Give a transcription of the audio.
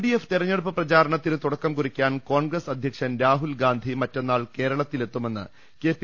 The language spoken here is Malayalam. ഡി എഫ്തെരഞ്ഞെടുപ്പ് പ്രചാരണത്തിന് തുടക്കം കുറിക്കാൻ കോൺഗ്രസ് അധ്യക്ഷൻ രാഹുൽ ഗാന്ധി മറ്റന്നാൾ കേരളത്തിലെത്തു മെന്ന് കെപി